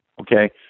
okay